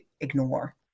ignore